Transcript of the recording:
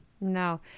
No